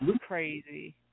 crazy